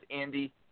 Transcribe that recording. Andy